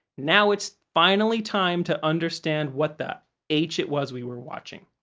now, it's finally time to understand what the h it was we were watching.